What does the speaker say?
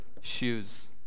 shoes